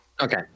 Okay